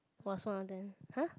was one of them !huh!